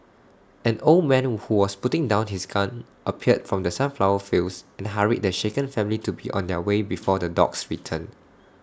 an old man who was putting down his gun appeared from the sunflower fields and hurried the shaken family to be on their way before the dogs return